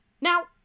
Now